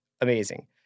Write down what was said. Amazing